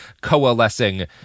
coalescing